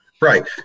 right